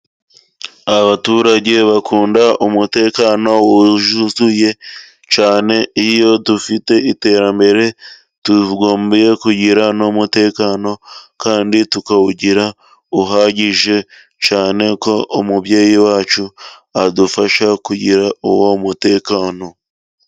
Aba baturage bakunda umutekano wuzuye cyane, iyo dufite iterambere tugomba kugira n'umutekano kandi tukawugira uhagije cyane ko umubyeyi wacu adufasha kugira uwo mutekano.